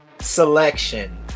selection